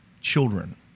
children